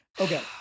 Okay